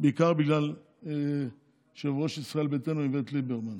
בעיקר בגלל יושב-ראש ישראל ביתנו איווט ליברמן.